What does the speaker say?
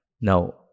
Now